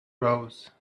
rose